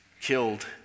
killed